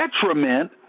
detriment